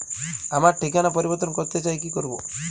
আমার ঠিকানা পরিবর্তন করতে চাই কী করব?